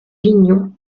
lignon